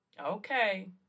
okay